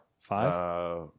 Five